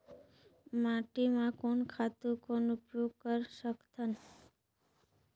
माटी म कोन खातु कौन उपयोग कर सकथन?